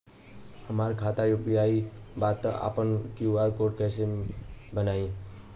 हमार खाता यू.पी.आई बा त हम आपन क्यू.आर कोड कैसे बनाई?